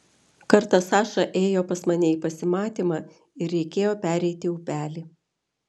kartą saša ėjo pas mane į pasimatymą ir reikėjo pereiti upelį